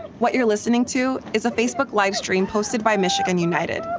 what you're listening to is a facebook live stream posted by michigan united.